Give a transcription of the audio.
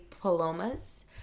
Palomas